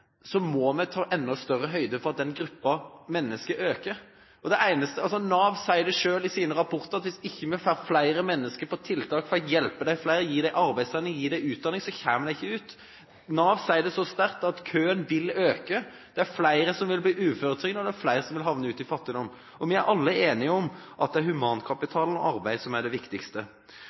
sine rapporter at hvis vi ikke får flere mennesker på tiltak for å hjelpe flere, gi dem arbeidstrening, gi dem utdanning, kommer de seg ikke ut. Nav sier det så sterkt som at køen vil øke. Det er flere som vil bli uføretrygdet, og det er flere som vil havne i fattigdom. Vi er alle enige om at det er humankapitalen og arbeid som er det viktigste.